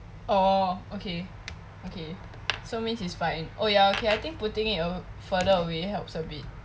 orh okay okay so means is fine oh yeah okay I think putting it further away helps a bit